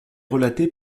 relatée